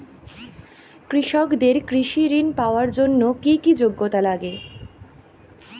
কৃষকদের কৃষি ঋণ পাওয়ার জন্য কী কী যোগ্যতা লাগে?